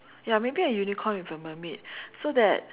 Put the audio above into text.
ya maybe a unicorn with a mermaid so that